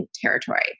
territory